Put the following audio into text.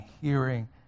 hearing